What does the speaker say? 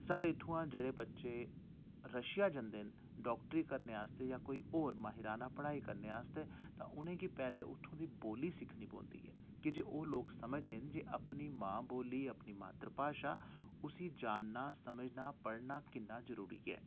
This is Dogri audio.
साढ़े इत्थुआं जेह्ड़े बच्चे रशिया जंदे न डाक्टरी करने आस्तै यां कोई होर माहिराना पढ़ाई करने आस्तै ते उनेंगी पैहलें उत्थूं दी बोल्ली सिक्खनी पौंदी ऐ कि जे ओह् लोक समझदे न जे अपनी मां बोली अपनी मातृभाशा उसी जानना समझना पढ़ना किन्ना जरूरी ऐ